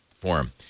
forum